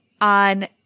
on